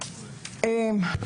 בלתי-אפשריים.